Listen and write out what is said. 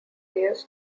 years